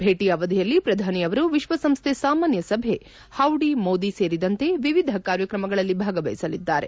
ಭೇಟಿಯ ಅವಧಿಯಲ್ಲಿ ಪ್ರಧಾನಿಯವರು ವಿಶ್ವಸಂಸ್ಥೆ ಸಾಮಾನ್ಯ ಸಭೆ ಹೌಡಿ ಮೋದಿ ಸೇರಿದಂತೆ ವಿವಿಧ ಕಾರ್ಯಕ್ರಮಗಳಲ್ಲಿ ಭಾಗವಹಿಸಲಿದ್ದಾರೆ